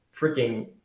freaking